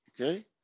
Okay